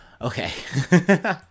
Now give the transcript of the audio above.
Okay